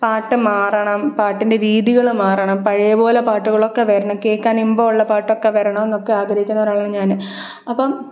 പാട്ട് മാറണം പാട്ടിൻ്റെ രീതികള് മാറണം പഴയ പോലെ പാട്ടുകളൊക്കെ വരണം കേൾക്കാൻ ഇമ്പമുള്ള പാട്ടൊക്കെ വരണമെന്നൊക്കെ ആഗ്രഹിക്കുന്ന ഒരാളാണ് ഞാന് അപ്പം